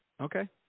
okay